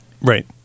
Right